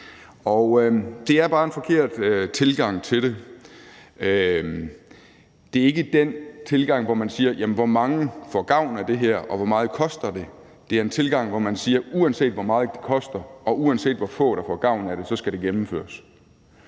Det er bare en forkert tilgang. Det er ikke den tilgang, hvor man siger: Hvor mange får gavn af det her, og hvor meget koster det? Det er en tilgang, hvor man siger: Uanset hvor meget det koster, og uanset hvor få der får gavn af det, så skal det gennemføres.